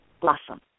blossom